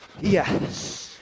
yes